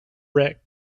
wreck